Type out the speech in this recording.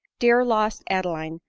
dear, lost adeline,